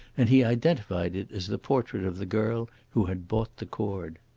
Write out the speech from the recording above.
and he identified it as the portrait of the girl who had bought the cord.